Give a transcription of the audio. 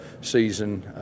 season